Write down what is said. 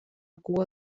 cua